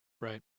Right